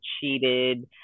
cheated